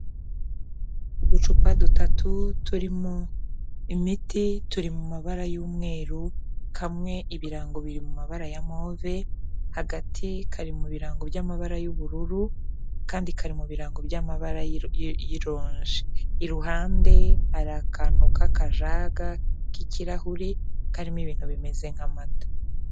Uducupa dutatu turimo imiti, turi mu mabara y'umweru, kamwe ibirango biri mu mabara ya move, hagati kari birango by'amabara y'ubururu, akandi kari mu birango by'amabara y'ironje, iruhande hari akantu k'akajaga k'ikirahuri karimo ibintu bimeze nk'amata.